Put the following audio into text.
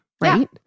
right